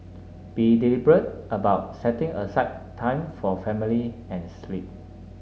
be deliberate about setting aside time for family and sleep